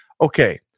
Okay